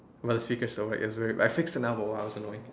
well the secret is still work I fixed it a while while I was still annoyed